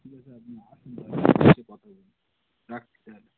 ঠিক আছে আপনি আসুন তাহলে এসে কথা বলুন রাখছি তাহলে